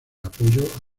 apoyo